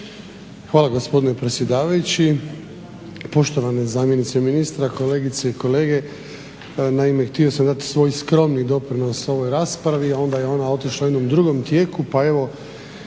hvala gospodine predsjedavajući, poštovane zamjenice ministra, kolegice i kolege. Naime, htio sam dati svoj skromni doprinos ovoj raspravi onda je ona otišla u jednom drugom tijeku.